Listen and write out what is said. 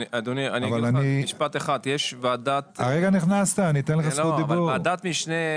ועדת משנה,